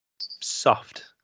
soft